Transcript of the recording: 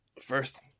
First